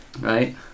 Right